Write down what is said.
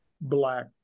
Black